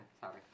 sorry